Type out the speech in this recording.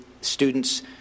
students